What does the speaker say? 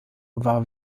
war